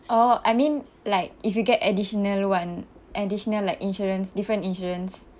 oh I mean like if you get additional [one] additional like insurance different insurance